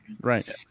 Right